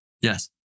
Yes